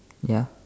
ya